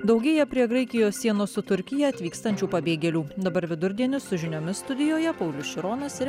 daugėja prie graikijos sienos su turkija atvykstančių pabėgėlių dabar vidurdienis su žiniomis studijoje paulius šironas ir